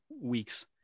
weeks